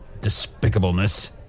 despicableness